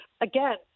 again